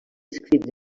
escrits